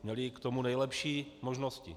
Měly k tomu nejlepší možnosti.